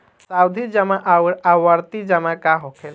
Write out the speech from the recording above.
सावधि जमा आउर आवर्ती जमा का होखेला?